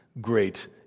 great